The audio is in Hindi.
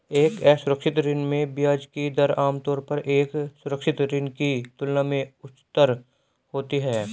एक असुरक्षित ऋण में ब्याज की दर आमतौर पर एक सुरक्षित ऋण की तुलना में उच्चतर होती है?